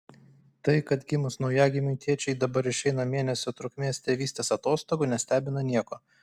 tai kad gimus naujagimiui tėčiai dabar išeina mėnesio trukmės tėvystės atostogų nestebina nieko